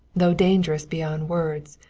though dangerous beyond words,